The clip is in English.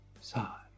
side